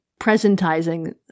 presentizing